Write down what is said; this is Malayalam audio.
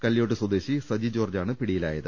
കല്യോട്ട് സ്വദേശി സജി ജോർജ് ആണ് പിടിയിലായത്